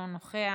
אינו נוכח,